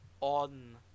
on